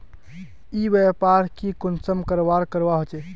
ई व्यापार की कुंसम करवार करवा होचे?